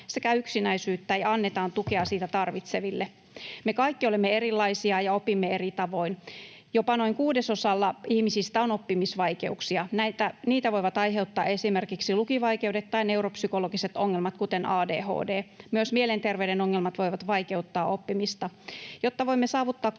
sekä yksinäisyyttä ja annetaan tukea sitä tarvitseville. Me kaikki olemme erilaisia ja opimme eri tavoin. Jopa noin kuudesosalla ihmisistä on oppimisvaikeuksia. Niitä voivat aiheuttaa esimerkiksi lukivaikeudet tai neuropsykologiset ongelmat, kuten ADHD. Myös mielenterveyden ongelmat voivat vaikeuttaa oppimista. Jotta voimme saavuttaa